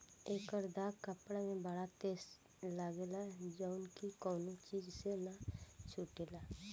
एकर दाग कपड़ा में बड़ा तेज लागेला जउन की कवनो चीज से ना छुटेला